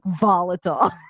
volatile